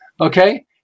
okay